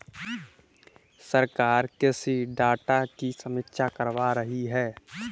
सरकार कृषि डाटा की समीक्षा करवा रही है